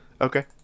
Okay